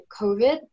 COVID